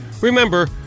Remember